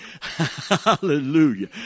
Hallelujah